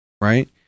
Right